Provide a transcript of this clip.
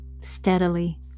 steadily